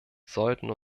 sollten